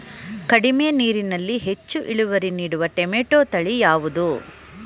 ಕಡಿಮೆ ನೀರಿನಲ್ಲಿ ಹೆಚ್ಚು ಇಳುವರಿ ನೀಡುವ ಟೊಮ್ಯಾಟೋ ತಳಿ ಯಾವುದು?